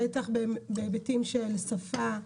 בטח בהיבטים של שפה,